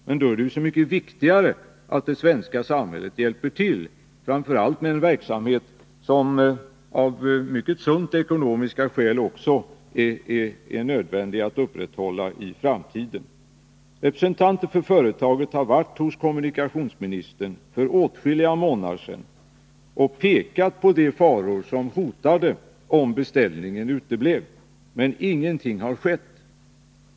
Men då är det ju så mycket viktigare att det svenska samhället hjälper till, framför allt när det gäller en verksamhet som det av mycket sunda ekonomiska skäl också är nödvändigt att upprätthålla i framtiden. Representanter för företaget har varit hos kommunikationsministern för åtskilliga månader sedan och pekat på de faror som hotade om beställningen uteblev. Men ingenting har skett.